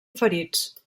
ferits